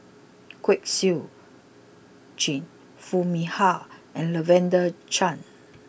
Kwek Siew Jin Foo Mee Har and Lavender Chang